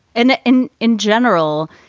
and in in general,